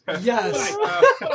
Yes